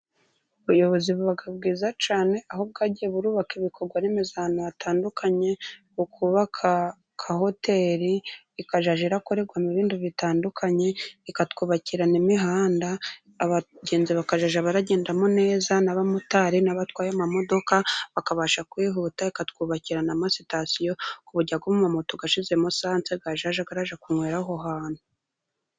Ubuyobozi buba bwiza cyane , aho bwagiye burubaka ibikorwa remezo ahantu hatandukanye, bukubaka nka hoteli ikazajya irakorerwamo ibintu bitandukanye, ikatwubakira n'imihanda abagenzi bakajya baragendamo neza, n'abamotari, n'abatwaye amamodoka bakabasha kwihuta, ikatwubakira n'amasitasiyo kuburyo ayo mamoto uyashyizemo esansi yajya arajya kunywera aho hantu.